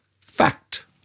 Fact